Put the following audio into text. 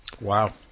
Wow